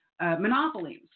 monopolies